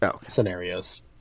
scenarios